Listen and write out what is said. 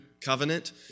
covenant